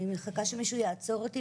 אני מחכה שמישהו יעצור אותי,